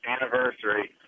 anniversary